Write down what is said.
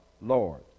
Lord